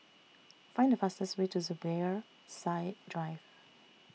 Find The fastest Way to Zubir Said Drive